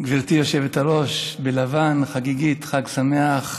גברתי היושבת-ראש בלבן, חגיגית, חג שמח,